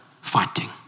fighting